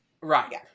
Right